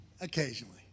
Occasionally